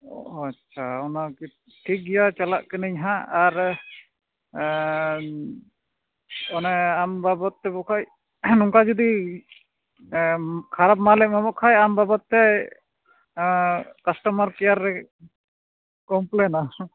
ᱚᱸᱻ ᱟᱪᱷᱟ ᱚᱱᱟ ᱴᱷᱤᱠ ᱜᱮᱭᱟ ᱪᱟᱞᱟᱜ ᱠᱟᱹᱱᱟᱹᱧ ᱦᱟᱸᱜ ᱟᱨ ᱮᱫ ᱚᱱᱮ ᱟᱢ ᱵᱟᱵᱚᱛ ᱴᱟᱠᱚ ᱠᱷᱚᱡ ᱱᱚᱝᱠᱟ ᱡᱩᱫᱤ ᱠᱷᱟᱨᱟᱯ ᱢᱟᱞᱮᱢ ᱮᱢᱚᱜ ᱠᱷᱟᱡ ᱟᱢ ᱵᱟᱵᱚᱛ ᱛᱮ ᱠᱟᱥᱴᱚᱢᱟᱨ ᱠᱮᱭᱟᱨ ᱨᱮ ᱠᱚᱢᱯᱮᱞᱮᱱᱟ